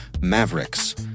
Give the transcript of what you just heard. Mavericks